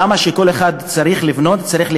למה כל אחד צריך להתרחק